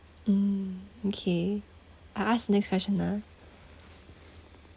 mm okay I ask next question ah